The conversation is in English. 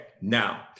Now